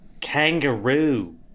Kangaroo